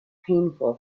painful